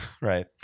Right